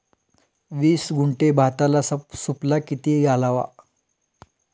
वीस गुंठे भाताला सुफला किती घालावा?